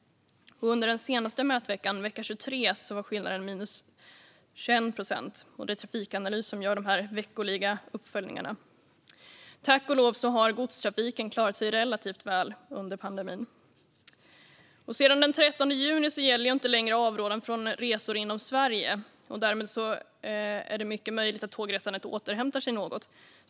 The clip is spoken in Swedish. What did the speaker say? Under den senaste mätveckan, vecka 23, var skillnaden minus 21 procent. Det är Trafikanalys som gör de här veckoliga uppföljningarna. Tack och lov har godstrafiken klarat sig relativt väl under pandemin. Sedan den 13 juni gäller inte längre avrådan från resor inom Sverige. Därmed är det mycket möjligt att tågresandet återhämtar sig något.